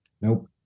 Nope